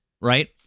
Right